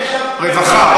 רווחה.